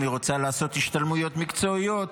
אם היא רוצה לעשות השתלמויות מקצועיות,